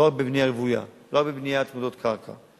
לא רק בבנייה רוויה, לא רק בבנייה על עתודות קרקע.